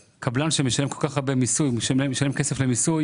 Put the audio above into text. הקבלן, שמשלם כל כך הרבה כסף למיסוי,